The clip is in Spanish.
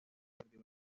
perdió